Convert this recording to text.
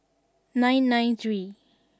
nine nine three